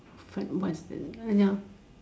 fad what is that uh ya